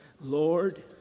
Lord